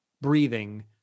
breathing